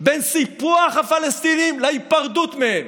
בין סיפוח הפלסטינים להיפרדות מהם,